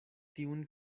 tiun